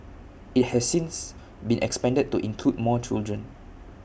IT has since been expanded to include more children